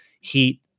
heat